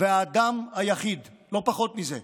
והאדם היחיד, לא פחות מזה.